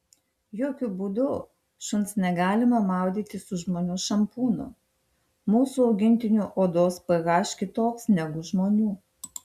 jokiu būdu šuns negalima maudyti su žmonių šampūnu mūsų augintinių odos ph kitoks negu žmonių